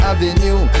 Avenue